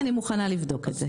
אני מוכנה לבדוק את זה.